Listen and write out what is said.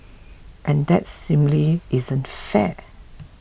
and that simply isn't fair